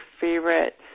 favorite